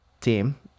team